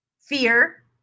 fear